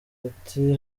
ati